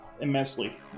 immensely